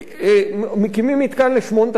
מקימים מתקן ל-8,000 איש,